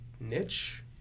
niche